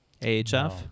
AHF